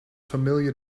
familiar